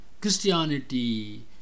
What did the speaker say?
Christianity